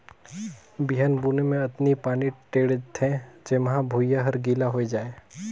बिहन बुने मे अतनी पानी टेंड़ थें जेम्हा भुइयां हर गिला होए जाये